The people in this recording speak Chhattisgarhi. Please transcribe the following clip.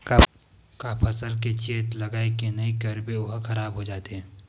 का फसल के चेत लगय के नहीं करबे ओहा खराब हो जाथे?